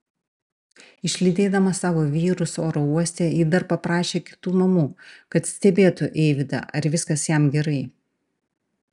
išlydėdama savo vyrus oro uoste ji dar paprašė kitų mamų kad stebėtų eivydą ar viskas jam gerai